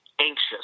anxious